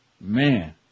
Man